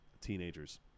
teenagers